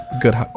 good